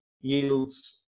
yields